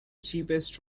cheapest